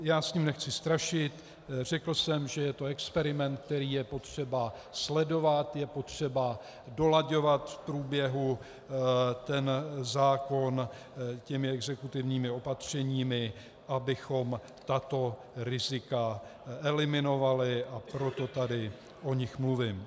Já s tím nechci strašit, řekl jsem, že je to experiment, který je potřeba sledovat, je potřeba dolaďovat v průběhu zákon těmi exekutivními opatřeními, abychom tato rizika eliminovali, a proto tady o nich mluvím.